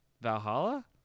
Valhalla